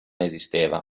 esisteva